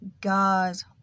God's